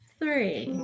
three